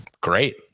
Great